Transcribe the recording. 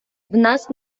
нас